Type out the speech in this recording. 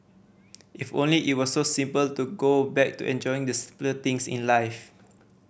if only it were so simple to go back to enjoying the simpler things in life